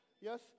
Yes